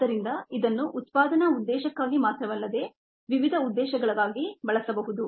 ಆದ್ದರಿಂದ ಇದನ್ನು ಉತ್ಪಾದನಾ ಉದ್ದೇಶಕ್ಕಾಗಿ ಮಾತ್ರವಲ್ಲದೆ ವಿವಿಧ ಉದ್ದೇಶಗಳಿಗಾಗಿ ಬಳಸಬಹುದು